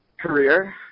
career